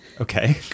Okay